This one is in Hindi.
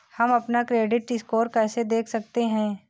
हम अपना क्रेडिट स्कोर कैसे देख सकते हैं?